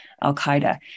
Al-Qaeda